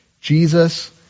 Jesus